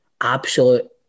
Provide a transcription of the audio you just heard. absolute